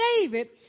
David